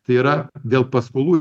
tai yra dėl paskolų